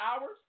hours